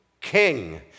King